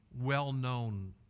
well-known